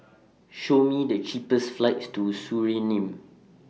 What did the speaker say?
Show Me The cheapest flights to Suriname